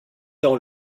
dans